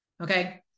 Okay